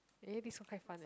eh this one quite fun eh